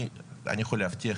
אני יכול להבטיח,